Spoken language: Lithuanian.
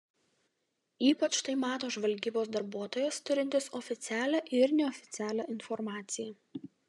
ypač tai mato žvalgybos darbuotojas turintis oficialią ir neoficialią informaciją